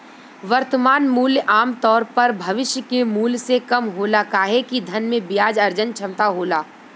वर्तमान मूल्य आमतौर पर भविष्य के मूल्य से कम होला काहे कि धन में ब्याज अर्जन क्षमता होला